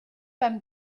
beim